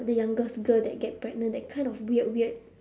the youngest girl that get pregnant that kind of weird weird